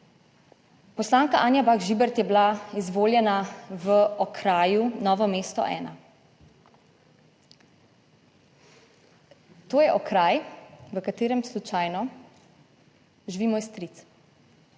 Poslanka Anja Bah Žibert je bila izvoljena v okraju Novo mesto 1. To je okraj v katerem slučajno živi moj stric,